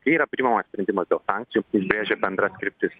kai yra priimamas sprendimas dėl sankcijų jis brėžia bendras kryptis